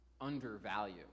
undervalue